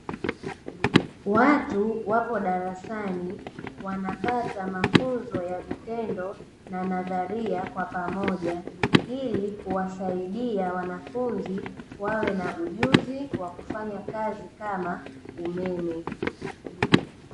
Watu wapo darasani wanapata mafunzo ya vitendo na nadharia kwa pamoja, ili kuwasaidia wanafunzi wawe na ujuzi wa kufanya kazi kama, umeme.